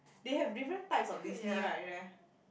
they have different types of Disney right there